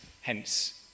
hence